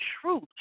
truth